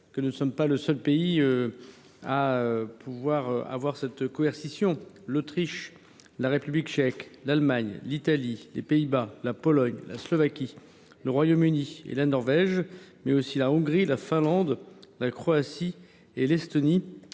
nous ne sommes pas le seul pays à pouvoir pratiquer une telle coercition : l’Autriche, la République tchèque, l’Allemagne, l’Italie, les Pays Bas, la Pologne, la Slovaquie, le Royaume Uni, la Norvège, la Hongrie, la Finlande, la Croatie et l’Estonie